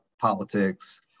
politics